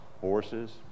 horses